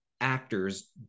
actors